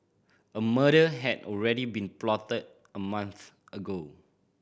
a murder had already been plotted a month ago